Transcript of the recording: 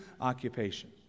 occupation